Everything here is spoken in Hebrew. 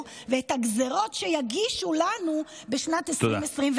ואת הגזרות שיגיש לנו בשנת 2024. תודה.